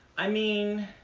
i mean,